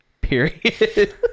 period